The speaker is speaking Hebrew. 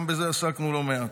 גם בזה עסקנו לא מעט.